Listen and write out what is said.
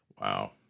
Wow